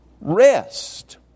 rest